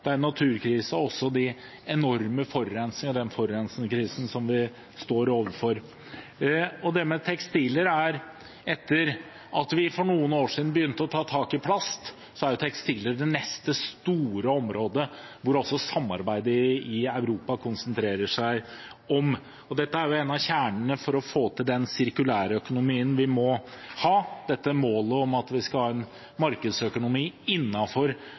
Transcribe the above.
det er klimakrise, naturkrise og også den enorme forurensningskrisen som vi står overfor. Etter at vi for noen år siden begynte å ta tak i plast, er tekstiler det neste store området som samarbeidet i Europa konsentrerer seg om. Dette er en av kjernene for å få til den sirkulærøkonomien vi må ha, dette målet om at vi skal ha en markedsøkonomi